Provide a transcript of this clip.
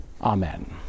Amen